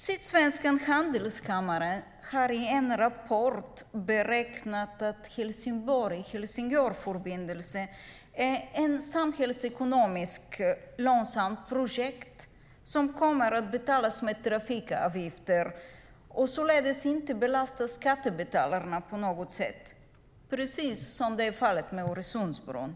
Sydsvenska handelskammaren har i en rapport beräknat att Helsingborg-Helsingör-förbindelsen är ett samhällsekonomiskt lönsamt projekt som kommer att betalas med trafikavgifter och således inte belasta skattebetalarna på något sätt, precis som är fallet med Öresundsbron.